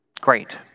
Great